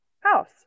house